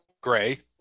Gray